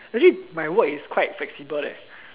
actually my work is quite flexible leh